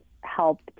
help